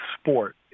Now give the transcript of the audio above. sport